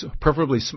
preferably